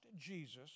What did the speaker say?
Jesus